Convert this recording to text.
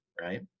right